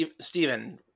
Stephen